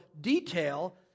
detail